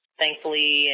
thankfully